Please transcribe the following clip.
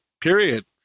period